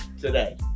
today